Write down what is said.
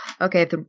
Okay